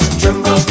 tremble